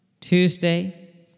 Tuesday